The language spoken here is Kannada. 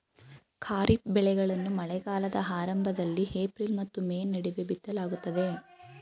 ಖಾರಿಫ್ ಬೆಳೆಗಳನ್ನು ಮಳೆಗಾಲದ ಆರಂಭದಲ್ಲಿ ಏಪ್ರಿಲ್ ಮತ್ತು ಮೇ ನಡುವೆ ಬಿತ್ತಲಾಗುತ್ತದೆ